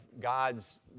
God's